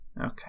Okay